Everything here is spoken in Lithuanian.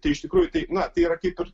tai iš tikrųjų tai na tai yra kaip ir